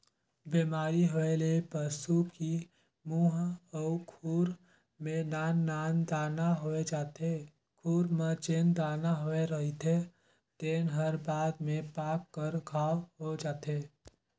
बेमारी होए ले पसू की मूंह अउ खूर में नान नान दाना होय जाथे, खूर म जेन दाना होए रहिथे तेन हर बाद में पाक कर घांव हो जाथे